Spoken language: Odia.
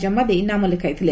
ଜମା ଦେଇ ନାମ ଲେଖାଇଥିଲେ